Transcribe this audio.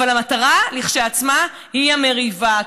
אבל המטרה כשלעצמה היא המריבה,